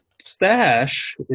stash